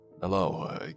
Hello